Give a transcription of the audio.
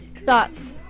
thoughts